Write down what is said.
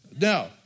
Now